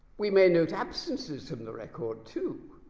we may note absences from the record, too,